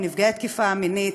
נפגעי התקיפה המינית,